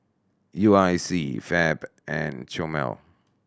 U I C Fab and Chomel